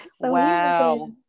Wow